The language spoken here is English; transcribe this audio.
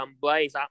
Blaze